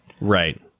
Right